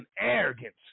arrogance